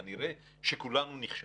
כנראה שכולנו נכשלנו.